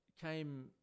came